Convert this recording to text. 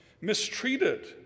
mistreated